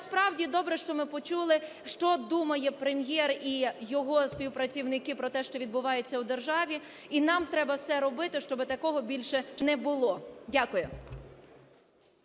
насправді добре, що ми почули, що думає Прем’єр і його співпрацівники про те, що відбувається у державі, і нам треба все робити, щоби такого більше не було. Дякую.